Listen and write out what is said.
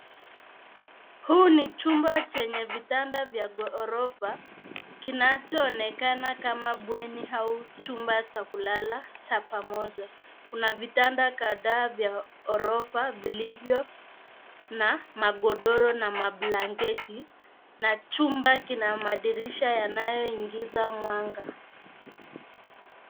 Hii ni chumba chenye vitanda vya ghorofa, kinachoonekana kama bweni, au chumba cha pamoja. Kuna vitanda kadhaa vya ghorofa, vilivyo na magodoro, na mablanketi, na chumba kina madirisha yanayoingiza mwanga.